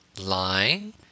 Lying